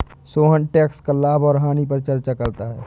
Sohan tax का लाभ और हानि पर चर्चा करता है